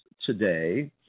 today